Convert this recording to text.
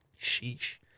Sheesh